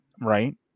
right